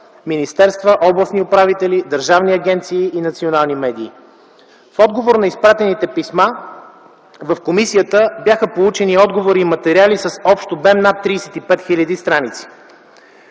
министерства, областни управители, държавни агенции и национални медии. В отговор на изпратените писма в комисията бяха получени отговори и материали с общ обем над 35 хил. страници.